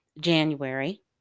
January